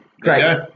Great